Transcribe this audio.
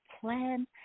plan